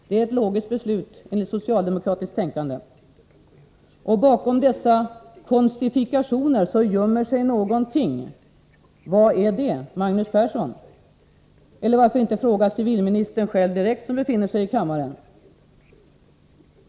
Det är ett logiskt beslut enligt socialdemokratiskt tänkande. Bakom dessa ”konstifikationer” gömmer sig någonting. Vad är det, Magnus Persson? Eller varför inte fråga civilministern själv, som befinner sig i kammaren.